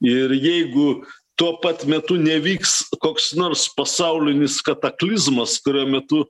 ir jeigu tuo pat metu nevyks koks nors pasaulinis kataklizmas kurio metu